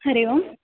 हरिः ओम्